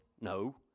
No